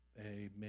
Amen